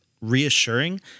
reassuring